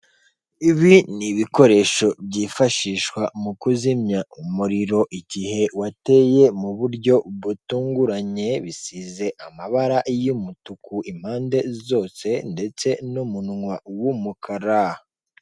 Ibi ni ibikoresho byifashishwa mu kuzimya umuriro igihe wateye mu buryo butunguranye, bisize amabara y'umutuku impande zose ndetse n'umunwa w'umukara.